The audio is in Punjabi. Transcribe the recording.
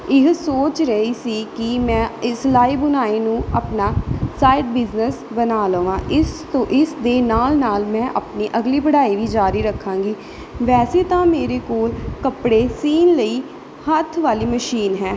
ਇਹ ਸੋਚ ਰਹੀ ਸੀ ਕਿ ਮੈਂ ਇਹ ਸਿਲਾਈ ਬੁਣਾਈ ਨੂੰ ਆਪਣਾ ਸਾਈਡ ਬਿਜਨੈਸ ਬਣਾ ਲਵਾਂ ਇਸ ਤੋਂ ਇਸ ਦੇ ਨਾਲ ਨਾਲ ਮੈਂ ਆਪਣੀ ਅਗਲੀ ਪੜ੍ਹਾਈ ਵੀ ਜ਼ਾਰੀ ਰੱਖਾਂਗੀ ਵੈਸੇ ਤਾਂ ਮੇਰੇ ਕੋਲ ਕੱਪੜੇ ਸਿਊਣ ਲਈ ਹੱਥ ਵਾਲੀ ਮਸ਼ੀਨ ਹੈ